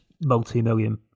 multi-million